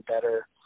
better